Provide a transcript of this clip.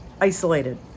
isolated